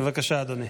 בבקשה, אדוני.